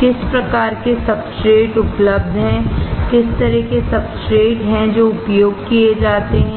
किस प्रकार के सब्सट्रेट उपलब्ध हैं किस तरह के सब्सट्रेट हैं जो उपयोग किए जाते हैं